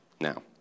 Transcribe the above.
Now